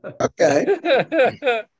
Okay